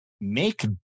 make